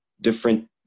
different